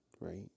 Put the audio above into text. right